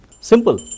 simple